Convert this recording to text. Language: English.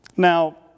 Now